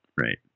Right